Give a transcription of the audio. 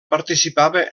participava